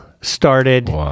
started